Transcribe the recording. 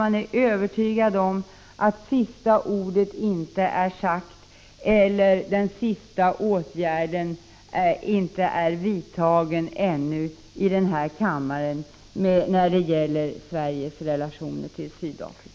Jag är övertygad om att ännu är inte sista ordet sagt och inte sista åtgärden vidtagen i denna kammare när det gäller Sveriges relationer till Sydafrika.